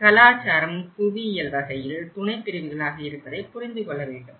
கலாச்சாரம் புவியியல் வகையில் துணைப் பிரிவுகளாக இருப்பதை புரிந்து கொள்ள வேண்டும்